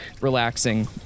relaxing